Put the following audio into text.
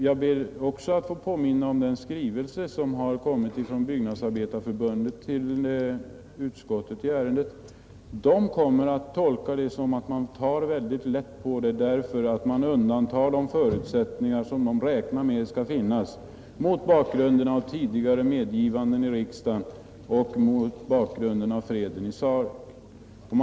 Jag ber också att få påminna om den skrivelse i ärendet som har kommit till utskottet från Byggnadsarbetareförbundet. Anläggningsarbetarna kommer att tolka ert nej så, att ni tagit mycket lätt på ärendet, eftersom man i vad avser deras framtida sysselsättning rycker undan de förutsättningar som de räknar med mot bakgrunden av tidigare medgivanden i riksdagen och mot bakgrunden av freden i Sarek.